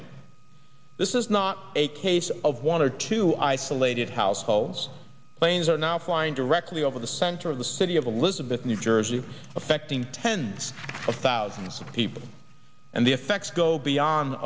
him this is not a case of one or two isolated households planes are now flying directly over the center of the city of the lives of the new jersey affecting tens of thousands of people and the effects go beyond